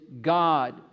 God